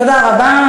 תודה רבה.